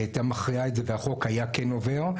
היא הייתה מכריעה את זה והחוק היה כן עובר,